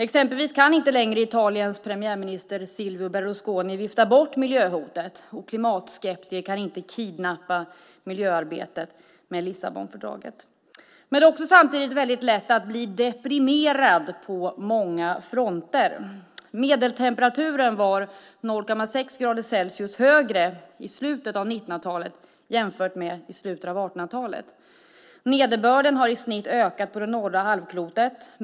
Exempelvis kan inte längre Italiens premiärminister Silvio Berlusconi vifta bort miljöhotet, och klimatskeptiker kan inte kidnappa miljöarbetet med Lissabonfördraget. Men det är också samtidigt väldigt lätt att bli deprimerad på många fronter. Medeltemperaturen var 0,6 grader högre i slutet av 1900-talet jämfört med slutet av 1800-talet. Nederbörden har i snitt ökat på det norra halvklotet.